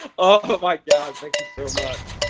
ah but like god, thank you so much.